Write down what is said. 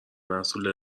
محصول